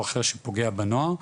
או אחר שפוגע בנוער.